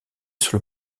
sur